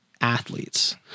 athletes